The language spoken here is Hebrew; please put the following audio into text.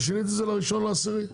ושיניתי את זה ל-1 באוקטובר.